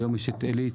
היום יש את עלית,